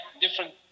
different